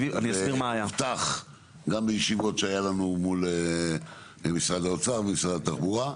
והובטח גם בישיבות שהיה לנו מול משרד האוצר ומשרד התחבורה,